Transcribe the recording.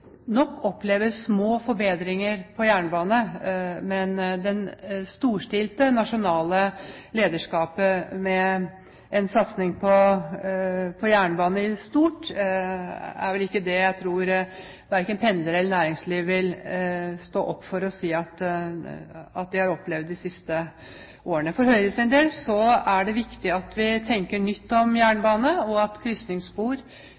nok opplever små forbedringer på jernbane. Men det storstilte nasjonale lederskapet med en satsing på jernbane, i stort, er vel ikke det jeg tror verken pendlere eller næringsliv vil stå opp og si at de har opplevd de siste årene. For Høyres del er det viktig at vi tenker nytt om